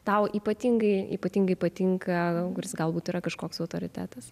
tau ypatingai ypatingai patinka kuris galbūt yra kažkoks autoritetas